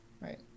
right